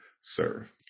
serve